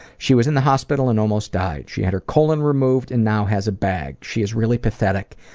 she was in the hospital and almost died she had her colon removed and now has a bag she is really pathetic,